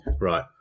Right